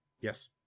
Yes